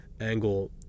angle –